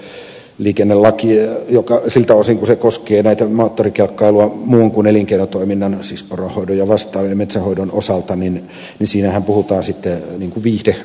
kyllä tämä maastoliikennelaki siltä osin kuin se koskee moottorikelkkailua muun kuin elinkeinotoiminnan siis poronhoidon metsänhoidon ja vastaavan osalta niin puhutaan viihde ja huvikäytöstä